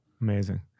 Amazing